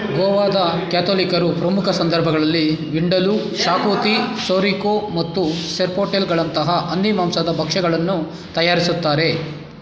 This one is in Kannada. ಗೋವಾದ ಕ್ಯಾಥೊಲಿಕರು ಪ್ರಮುಖ ಸಂದರ್ಭಗಳಲ್ಲಿ ವಿಂಡಲೂ ಶಾಕೂತಿ ಮತ್ತು ಸೆರ್ಪೋಟೆಲ್ಗಳಂತಹ ಹಂದಿ ಮಾಂಸದ ಭಕ್ಷ್ಯಗಳನ್ನು ತಯಾರಿಸುತ್ತಾರೆ